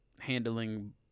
handling